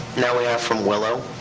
now, we have from willow,